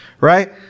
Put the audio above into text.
Right